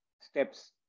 steps